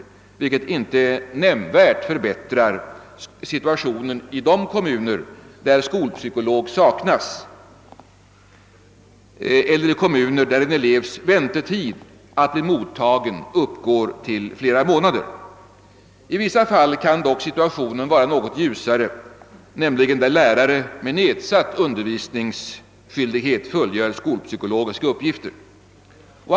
Detta förbättrar inte nämnvärt situationen i de kommuner där skolpsykolog saknas eller där elevens väntetid för att bli mottagen uppgår till flera månader. I vissa fall kan dock situationen vara något ljusare, nämligen där lärare med nedsatt undervisningsskyldighet fullgör psykologiska uppgifter.